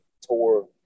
tour